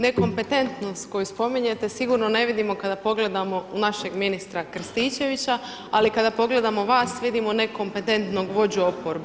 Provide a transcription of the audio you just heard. Nekompetentnost koju spominjete sigurno ne vidimo kada pogledamo našeg ministra Krstičevića, ali kada pogledamo vas, vidimo nekompetentnog vođu oporbe.